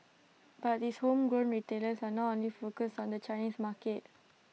but these homegrown retailers are not only focused on the Chinese market